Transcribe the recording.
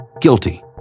guilty